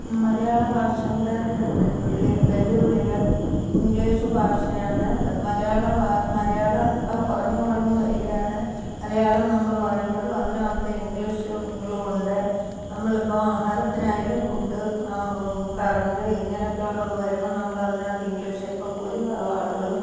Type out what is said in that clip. മലയാള ഭാഷയുടെ വിളി വെല്ലുവിളികൾ ഇംഗ്ലീഷ് ഭാഷയാണ് മലയാളം മലയാളം ഇപ്പം കുറഞ്ഞ് കുറഞ്ഞ് വരികയാണ് മലയാളം നമ്മൾ പറയുമ്പോഴും അതിനകത്ത് ഇംഗ്ലീഷുകളും ഉണ്ട് നമ്മൾ ഇപ്പോൾ ആഹാരത്തിനായാലും ഫുഡ് കറൻ്റ് ഇങ്ങനെയൊക്കെ ഉള്ളത് വരുമ്പോൾ നമ്മൾ അതിനകത്ത് ഇംഗ്ലീഷ് ഇപ്പോൾ ഭൂരിഭാഗം ആളുകളും